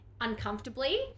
uncomfortably